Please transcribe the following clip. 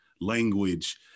language